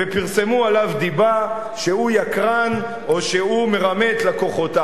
ופרסמו עליו דיבה שהוא יקרן או שהוא מרמה את לקוחותיו,